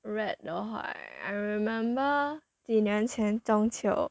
rat 的话 I remember 几年前中秋